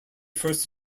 first